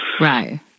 Right